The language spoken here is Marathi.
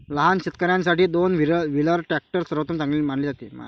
लहान शेतकर्यांसाठी दोन व्हीलर ट्रॅक्टर सर्वोत्तम मानले जाते